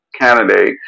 candidate